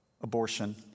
abortion